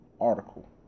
Article